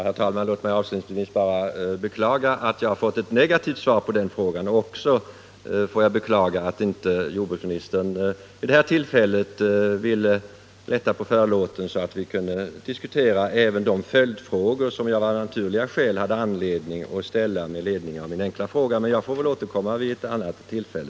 Herr talman! Låt mig avslutningsvis beklaga att jag har fått ett negativt svar på min fråga. Jag får också beklaga att jordbruksministern vid det här tillfället inte vill lätta på förlåten och även diskutera de följdfrågor som jag av naturliga skäl haft anledning att ställa. Jag får väl återkomma vid ett annat tillfälle.